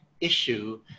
issue